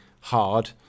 hard